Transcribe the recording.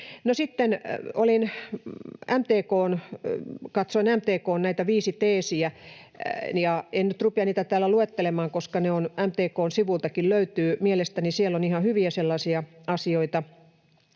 sitten katsoin näitä MTK:n viittä teesiä. En nyt rupea niitä täällä luettelemaan, koska ne MTK:n sivuiltakin löytyvät. Mielestäni siellä on ihan hyviä asioita,